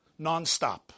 nonstop